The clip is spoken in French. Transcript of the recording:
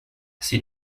ses